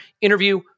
interview